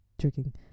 drinking